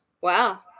Wow